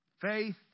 Faith